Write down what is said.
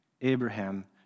Abraham